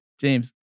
James